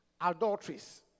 adulteries